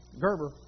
Gerber